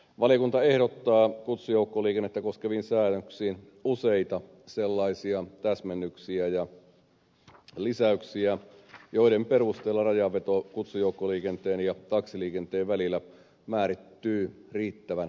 valiokunta ehdottaa kutsujoukkoliikennettä koskeviin säännöksiin useita sellaisia täsmennyksiä ja lisäyksiä joiden perusteella rajanveto kutsujoukkoliikenteen ja taksiliikenteen välillä määrittyy riittävän selkeästi